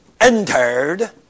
entered